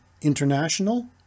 international